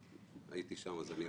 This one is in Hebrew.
הייתי שם, אני יודע.